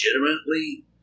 legitimately